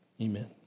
Amen